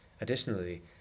Additionally